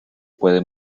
puede